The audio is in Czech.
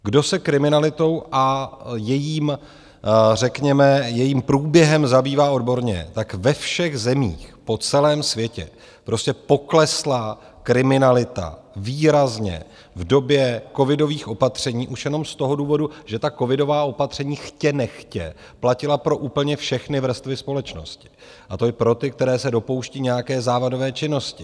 Kdo se kriminalitou a jejím řekněme průběhem zabývá odborně, ve všech zemích po celém světě prostě poklesla kriminalita výrazně v době covidových opatření už jenom z toho důvodu, že covidová opatření chtě nechtě platila pro úplně všechny vrstvy společnosti, a to i pro ty, které se dopouští nějaké závadové činnosti.